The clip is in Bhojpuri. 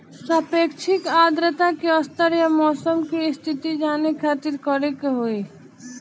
सापेक्षिक आद्रता के स्तर या मौसम के स्थिति जाने खातिर करे के होई?